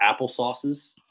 applesauces